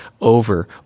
over